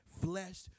flesh